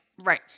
Right